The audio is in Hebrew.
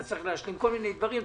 אתה צריך להשלים כל מיני דברים,